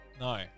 No